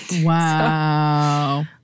Wow